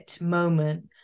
moment